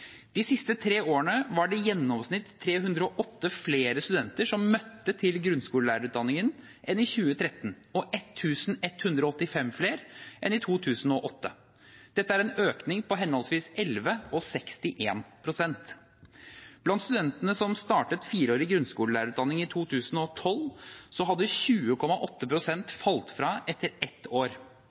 De siste tre årene var det i gjennomsnitt 308 flere studenter som møtte til grunnskolelærerutdanning, enn i 2013 og 1 185 flere enn i 2008. Dette er en økning på henholdsvis 11 og 61 pst. Blant studentene som startet fireårig grunnskolelærerutdanning i 2012, hadde 20,8 pst. falt fra etter ett år.